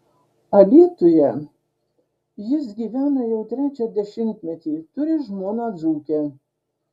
alytuje jis gyvena jau trečią dešimtmetį turi žmoną dzūkę